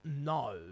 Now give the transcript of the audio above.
no